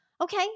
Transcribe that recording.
Okay